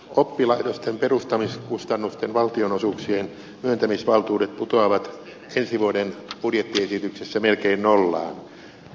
oppilaitosten perustamiskustannusten valtionosuuksien myöntämisvaltuudet putoavat ensi vuoden budjettiesityksessä melkein nollaan